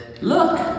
look